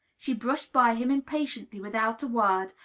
she brushed by him impatiently, without a word,